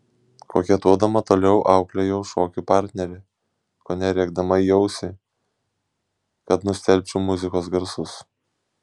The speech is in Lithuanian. koketuodama toliau auklėjau šokių partnerį kone rėkdama į ausį kad nustelbčiau muzikos garsus